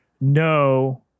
No